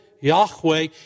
Yahweh